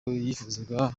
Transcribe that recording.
yifuzaga